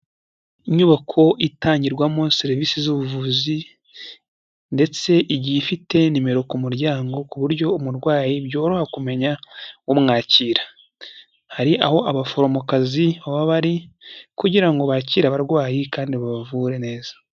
Inyubako itangirwamo serivisi z'ubuvuzi ndetse igihe ifite nimero ku muryango kuburyo umurwayi byoroha kumenya umwakira hari aho abaforomokazi baba bari kugira ngo bakire abarwayi kandi babavure neza.